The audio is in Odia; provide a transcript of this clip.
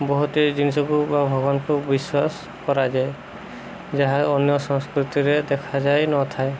ବହୁତ ଜିନିଷକୁ ବା ଭଗବାନକୁ ବିଶ୍ୱାସ କରାଯାଏ ଯାହା ଅନ୍ୟ ସଂସ୍କୃତିରେ ଦେଖାଯାଇ ନଥାଏ